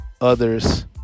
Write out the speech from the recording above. others